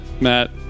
matt